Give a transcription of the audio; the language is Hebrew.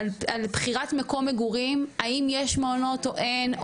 על בחירת מקום מגורים האם יש מעונות או אין,